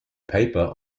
paper